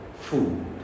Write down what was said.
food